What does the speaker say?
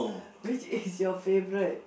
which is your favorite